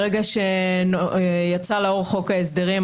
ברגע שיצא לאור חוק ההסדרים,